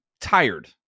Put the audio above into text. tired